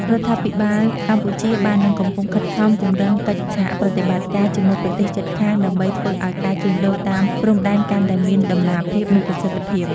រដ្ឋាភិបាលកម្ពុជាបាននិងកំពុងខិតខំ ពង្រឹងកិច្ចសហប្រតិបត្តិការ ជាមួយប្រទេសជិតខាង ដើម្បីធ្វើឱ្យការជួញដូរតាមព្រំដែនកាន់តែមានតម្លាភាព និងប្រសិទ្ធភាព។